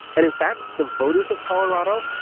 and in fact, the voters of colorado,